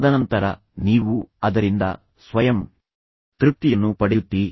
ತದನಂತರ ನೀವು ಅದರಿಂದ ಸ್ವಯಂ ತೃಪ್ತಿಯನ್ನು ಪಡೆಯುತ್ತೀರಿ